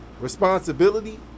responsibility